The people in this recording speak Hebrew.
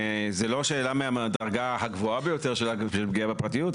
זאת לא שאלה מהדרגה הגבוהה ביותר של פגיעה בפרטיות,